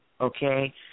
Okay